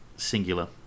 singular